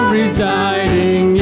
residing